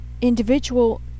individual